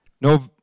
No